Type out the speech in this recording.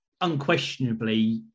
unquestionably